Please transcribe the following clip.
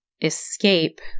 escape